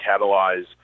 catalyze